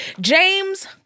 James